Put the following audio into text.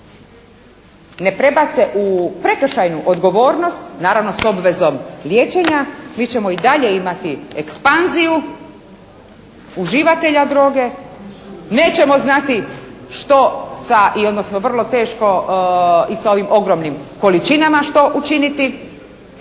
ne prebace u prekršajnu odgovornost naravno s obvezom liječenja, mi ćemo i dalje imati ekspanziju uživatelja droge, nećemo znati što sa i odnosno vrlo teško i sa ovim ogromnim količinama što učiniti.